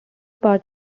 part